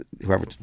whoever